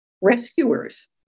Rescuers